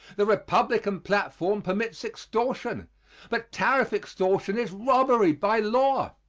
the republican platform permits extortion but tariff extortion is robbery by law.